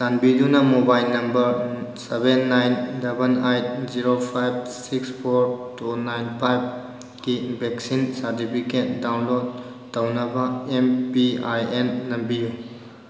ꯆꯥꯟꯕꯤꯗꯨꯅ mobile number seven nine double eight zero five six four two nine five ꯀꯤ vaccine certificate download ꯇꯧꯅꯕ M P I N ꯅꯝꯕꯤꯌꯨ